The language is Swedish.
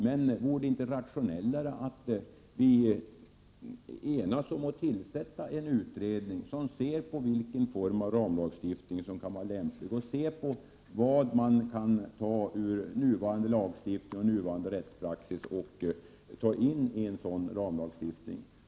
Men vore det inte rationellare att tillsätta en utredning, som undersöker vilken form av ramlagstiftning som kan vara lämplig samt vad som kan tas från nuvarande lagstiftning och rättspraxis?